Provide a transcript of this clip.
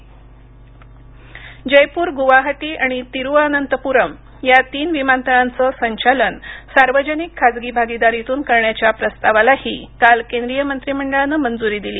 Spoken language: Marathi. विमानतळं जयपूर गुवाहाटी आणि तिरुवअनंतपुरम या तीन विमानतळांचं संचालन सार्वजनिक खाजगी भागीदारीतून करण्याच्या प्रस्तावालाही काल केंद्रीय मंत्रिमंडळानं मंजूरी दिली